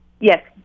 Yes